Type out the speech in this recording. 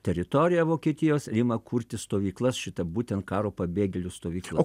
teritoriją vokietijos ima kurti stovyklas šitą būtent karo pabėgėlių stovykloje